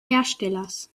herstellers